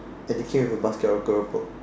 and they came with a basket of keropok